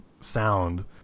sound